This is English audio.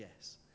yes